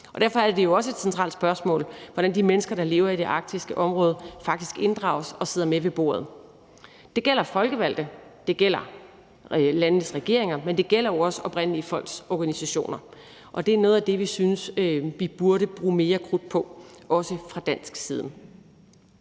derfor er det jo også et centralt spørgsmål, hvordan de mennesker, der lever i det arktiske område, faktisk inddrages og sidder med ved bordet. Det gælder de folkevalgte, det gælder landenes regeringer, men det gælder jo også de oprindelige folks organisationer, og det er noget af det, vi synes vi burde bruge mere krudt på, også fra dansk side.